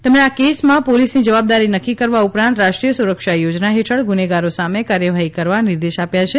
તેમણે આ કેસમાં પોલીસની જવાબદારી નક્કી કરવા ઉપરાંત રાષ્ટ્રીય સુરક્ષા યોજના હેઠળ ગુનેગારો સામે કાર્યવાહી કરવા નિર્દેશ આપ્યો છે